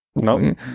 Nope